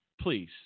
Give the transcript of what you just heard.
Please